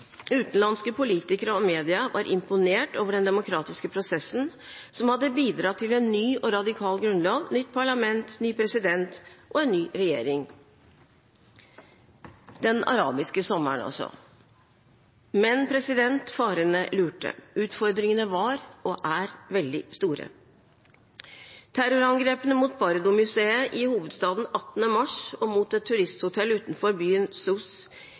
Utenlandske politikere og media var imponert over den demokratiske prosessen som hadde bidratt til en ny og radikal grunnlov, nytt parlament, ny president og en ny regjering – den arabiske sommeren altså. Men farene lurte. Utfordringene var – og er – veldig store. Terrorangrepene mot Bardo-museet i hovedstaden 18. mars og mot et turisthotell utenfor byen